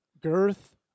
Girth